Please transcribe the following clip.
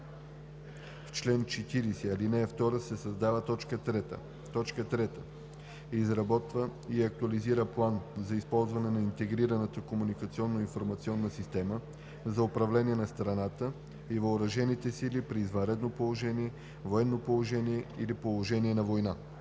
в чл. 40, ал. 2 се създава т. 3: „3. разработва и актуализира План за използване на интегрираната комуникационно-информационна система за управление на страната и въоръжените сили при извънредно положение, военно положение или положение на война.”